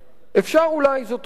'אפשר אולי, זאת אומרת'